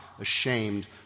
ashamed